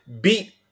beat